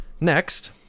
Next